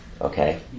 Okay